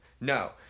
no